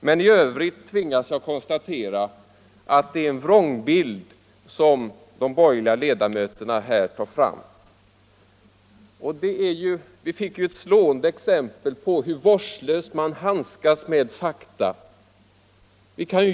Men i övrigt tvingas jag konstatera att det är en vrångbild som de borgerliga talarna här tar fram. Vi fick ju slående exempel på hur vårdslöst man handskas med fakta.